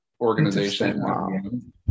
organization